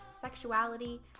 sexuality